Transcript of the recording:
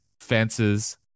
fences